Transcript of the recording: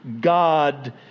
God